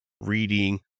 reading